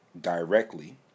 directly